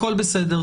הכול בסדר,